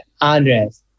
Andres